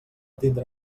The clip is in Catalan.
tindre